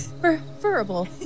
preferable